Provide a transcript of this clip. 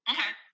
Okay